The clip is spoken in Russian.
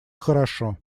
хорошо